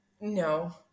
No